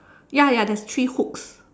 ya ya there's three hooks